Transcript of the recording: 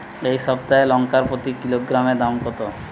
এই সপ্তাহের লঙ্কার প্রতি কিলোগ্রামে দাম কত?